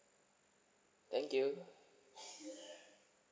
thank you